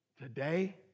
Today